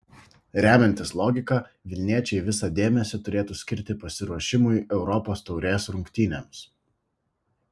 remiantis logika vilniečiai visą dėmesį turėtų skirti pasiruošimui europos taurės rungtynėms